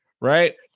right